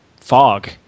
fog